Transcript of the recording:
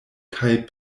kaj